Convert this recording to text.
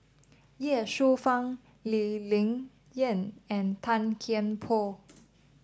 Ye Shufang Lee Ling Yen and Tan Kian Por